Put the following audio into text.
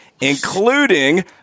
including